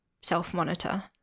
self-monitor